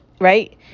right